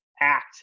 act